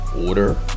order